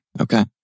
Okay